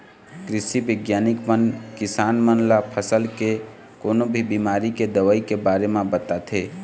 कृषि बिग्यानिक मन किसान मन ल फसल के कोनो भी बिमारी के दवई के बारे म बताथे